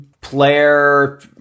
Player